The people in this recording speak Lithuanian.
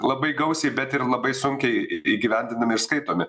labai gausiai bet ir labai sunkiai įgyvendinami ir skaitomi